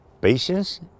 Patience